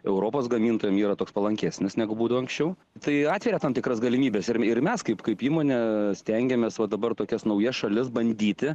europos gamintojams yra toks palankesnis negu būtų anksčiau tai atveria tam tikras galimybes ir mes kaip kaip įmone stengiamės o dabar tokias naujas šalis bandyti